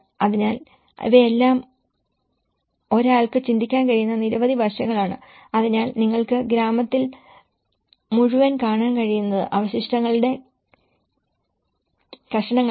അതിനാൽ ഇവയെല്ലാം ഒരാൾക്ക് ചിന്തിക്കാൻ കഴിയുന്ന നിരവധി വശങ്ങളാണ് അതിനാൽ നിങ്ങൾക്ക് ഗ്രാമത്തിൽ മുഴുവൻ കാണാൻ കഴിയുന്നത് അവശിഷ്ടങ്ങളുടെ കഷണങ്ങളാണ്